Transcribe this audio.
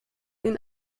ihn